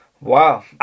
Wow